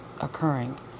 occurring